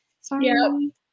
Sorry